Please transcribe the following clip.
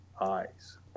eyes